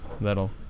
That'll